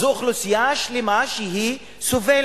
זו אוכלוסייה שלמה שסובלת.